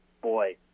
boy